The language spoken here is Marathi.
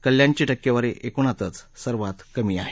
कल्याणची टक्केवारी एकूणातच सर्वात कमी आहे